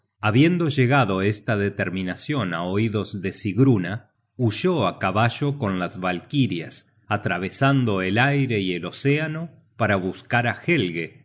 habiendo llegado esta determinacion á oidos de sigruna huyó á caballo con las valkirias atravesando el aire y el océano para buscar á helge que